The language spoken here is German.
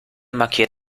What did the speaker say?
markiert